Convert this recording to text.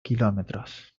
kilómetros